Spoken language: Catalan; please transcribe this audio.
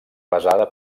basada